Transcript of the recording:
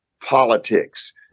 politics